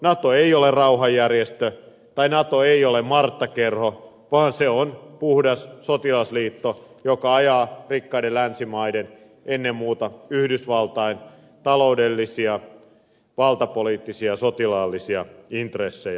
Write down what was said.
nato ei ole rauhanjärjestö eikä nato ole marttakerho vaan se on puhdas sotilasliitto joka ajaa rikkaiden länsimaiden ennen muuta yhdysvaltain taloudellisia valtapoliittisia ja sotilaallisia intressejä